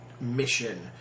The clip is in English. mission